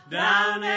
down